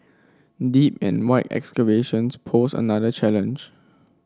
deep and wide excavations posed another challenge